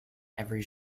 every